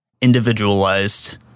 individualized